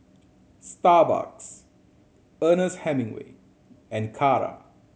Starbucks Ernest Hemingway and Kara